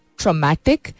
traumatic